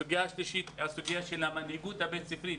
הסוגיה השלישית היא הסוגיה של המנהיגות הבית-ספרית.